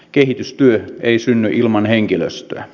kehitystyö ei synny ilman henkilöstöä